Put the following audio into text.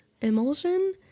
emulsion